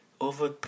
over